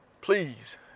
Please